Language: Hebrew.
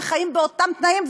וחיים באותם תנאים,